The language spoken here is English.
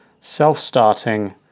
self-starting